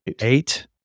eight